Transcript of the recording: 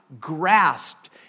grasped